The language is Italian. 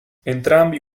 entrambi